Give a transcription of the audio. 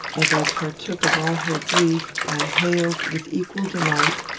as i partook of all her grief, i hailed, with equal delight,